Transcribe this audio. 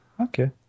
Okay